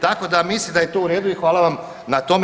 Tako da mislim da je to u redu i hvala vam na tome.